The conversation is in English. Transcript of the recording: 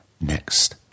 next